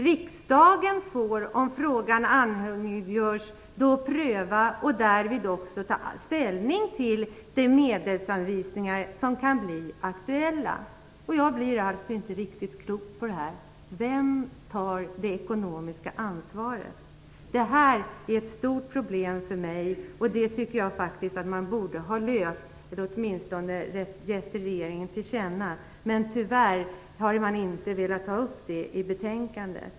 Riksdagen får - om frågan anhängiggörs - då pröva den och därvid också ta ställning till den medelsanvisning som kan bli aktuell." Jag blir inte riktigt klok på det här. Vem tar det ekonomiska ansvaret? Det här är ett stort problem för mig. Jag tycker faktiskt att man borde ha löst den frågan eller åtminstone gett regeringen detta till känna. Tyvärr har man inte velat ta upp detta i betänkandet.